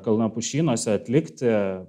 kalnapušynuose atlikti